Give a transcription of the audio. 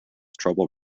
trouble